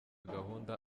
gahunda